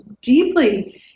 deeply